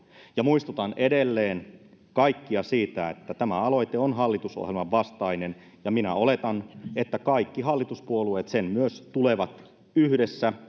ja muistutan edelleen kaikkia siitä että tämä aloite on hallitusohjelman vastainen ja minä oletan että kaikki hallituspuolueet sen myös tulevat yhdessä